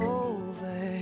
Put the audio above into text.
over